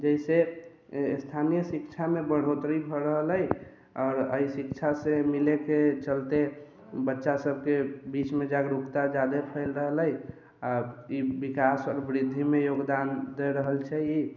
जाहिसे स्थानीय शिक्षा मे बढ़ोतरी भऽ रहल अछि आओर एहि शिक्षा से मिले के चलते बच्चा सबके बिच मे जागरूकता जादे फ़ैल रहल अछि आ ई विकास आओर वृद्धि मे योगदान दे रहल छै ई